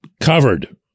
covered